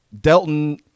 Delton